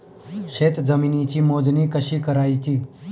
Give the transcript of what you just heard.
शेत जमिनीची मोजणी कशी करायची?